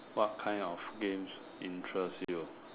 what kind of games interest you